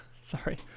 Sorry